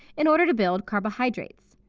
in order to build carbohydrates.